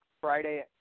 Friday